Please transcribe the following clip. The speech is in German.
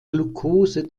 glucose